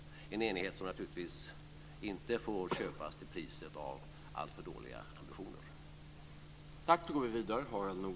Det är en enighet som inte får köpas till priset av alltför dåliga ambitioner.